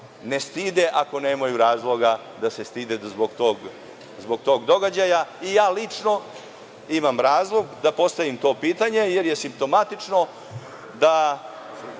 ne stide ako nemaju razloga da se stide zbog tog događaja. Lučno imam razlog da postavim to pitanje jer je simptomatično da